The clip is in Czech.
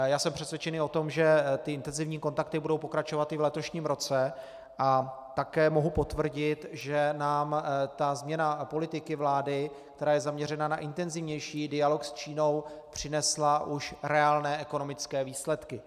Já jsem přesvědčen o tom, že intenzivní kontakty budou pokračovat i v letošním roce, a také mohu potvrdit, že nám změna politiky vlády, která je zaměřena na intenzivnější dialog s Čínou, přinesla už reálné ekonomické výsledky.